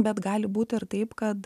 bet gali būti ir taip kad